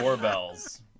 doorbells